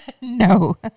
No